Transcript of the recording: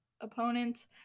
opponents